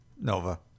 Nova